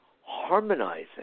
harmonizing